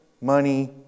money